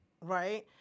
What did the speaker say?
Right